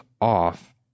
off